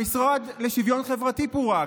המשרד לשוויון חברתי פורק,